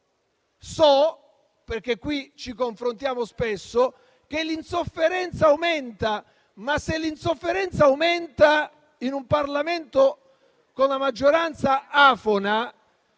in questa sede ci confrontiamo spesso - che l'insofferenza aumenta. Tuttavia, se l'insofferenza aumenta in un Parlamento con la maggioranza afona,